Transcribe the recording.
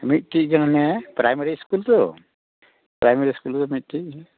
ᱢᱤᱫᱴᱮᱡ ᱜᱮ ᱢᱮᱱᱟᱭᱟ ᱯᱨᱟᱭᱢᱟᱨᱤ ᱤᱥᱠᱩᱞ ᱛᱚ ᱯᱨᱟᱭᱢᱟᱨᱤ ᱤᱥᱠᱩᱞ ᱨᱮᱫᱚ ᱢᱤᱫᱴᱮᱡ ᱜᱮ